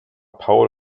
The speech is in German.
paul